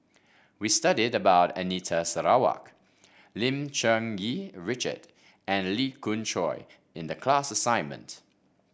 we studied about Anita Sarawak Lim Cherng Yih Richard and Lee Khoon Choy in the class assignment